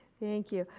thank you.